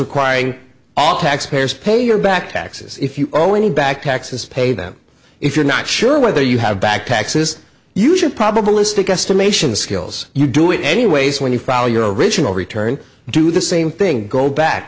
requiring all taxpayers pay your back taxes if you owe any back taxes pay them if you're not sure whether you have back taxes you should probabilistic estimation skills you do it anyways when you file your original return do the same thing go back